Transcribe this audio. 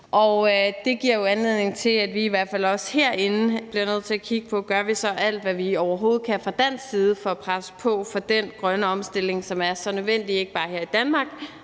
også anledning til, at vi herinde bliver nødt til at kigge på, om vi så fra dansk side gør alt, hvad vi overhovedet kan, for at presse på for den grønne omstilling, som er så nødvendig, ikke bare her i Danmark,